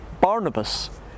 Barnabas